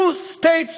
two-states solution,